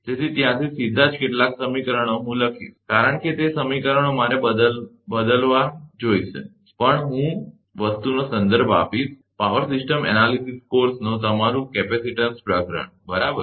તેથી ત્યાંથી સીધા જ કેટલાક સમીકરણો હું લખીશ કારણ કે તે સમીકરણો મારે કહેવાને બદલે જોઈશે પણ હું તે વસ્તુનો સંદર્ભ આપીશ પાવર સિસ્ટમ એનાલિસિસ કોર્સનો તમારું કેપેસિટીન્સ પ્રકરણ બરાબર